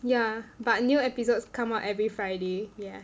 ya but new episodes come out every Friday yeah